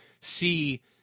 see –